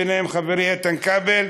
ובהם חברי איתן כבל,